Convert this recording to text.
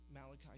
Malachi